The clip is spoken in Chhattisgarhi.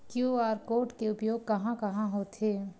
क्यू.आर कोड के उपयोग कहां कहां होथे?